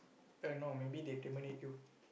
uh no maybe they terminate you